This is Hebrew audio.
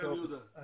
יהודה עציון, בבקשה.